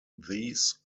these